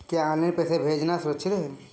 क्या ऑनलाइन पैसे भेजना सुरक्षित है?